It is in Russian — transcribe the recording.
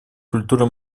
культура